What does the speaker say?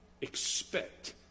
Expect